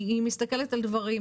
היא מסתכלת על דברים,